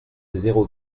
zéro